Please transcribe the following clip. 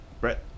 Brett